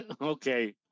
Okay